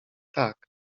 tak